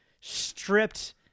stripped